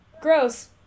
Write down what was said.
gross